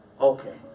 Okay